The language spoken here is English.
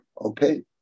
okay